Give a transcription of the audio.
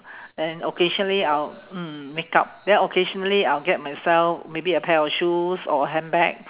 then occasionally I will mm makeup then occasionally I will get myself maybe a pair of shoes or handbag